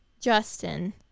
Justin